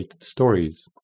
stories